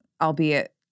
albeit